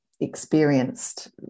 experienced